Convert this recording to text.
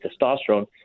testosterone